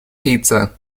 pizza